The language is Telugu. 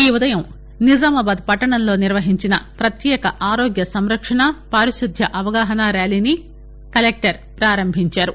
ఈ ఉదయం నిజామాబాద్ పట్టణంలో నిర్వహించిన పత్యేక ఆరోగ్య సంరక్షణ పారిశుద్య అవగాహన ర్యాలీని కలెక్టర్ పారంభించారు